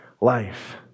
life